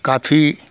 काफ़ी